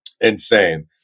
insane